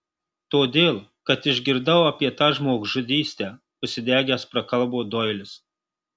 todėl kad išgirdau apie tą žmogžudystę užsidegęs prakalbo doilis